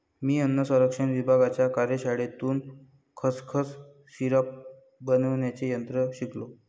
मी अन्न संरक्षण विभागाच्या कार्यशाळेतून खसखस सिरप बनवण्याचे तंत्र शिकलो